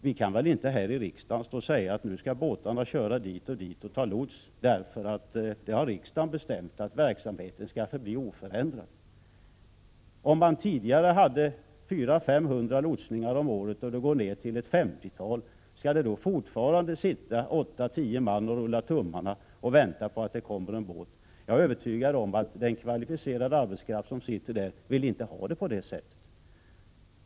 Vi kan inte föreskriva i riksdagen att båtarna nu skall köra hit eller dit och ta lots, därför att vi har bestämt att verksamheten skall förbli oförändrad. Om man tidigare har haft 400-500 lotsningar per år och det går ner till ett femtiotal, skall det då fortsättningsvis sitta 8-10 man och rulla tummarna och vänta på att det skall komma en båt? Jag är övertygad om att den 95 kvalificerade arbetskraft som det gäller inte vill ha det på det sättet.